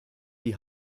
die